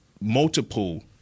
multiple